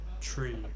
tree